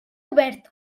obert